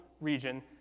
region